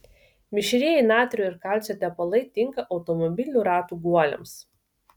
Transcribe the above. mišrieji natrio ir kalcio tepalai tinka automobilių ratų guoliams